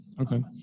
Okay